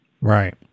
Right